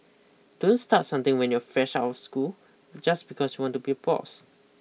don't start something when you're fresh of school just because you want to be boss